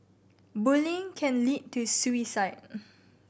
bullying can lead to suicide